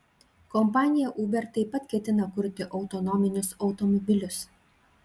kompanija uber taip pat ketina kurti autonominius automobilius